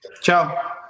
Ciao